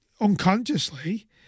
unconsciously